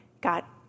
got